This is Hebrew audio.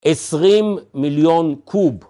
עשרים מיליון קוב